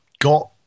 got